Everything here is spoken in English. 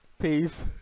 Peace